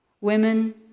Women